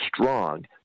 strong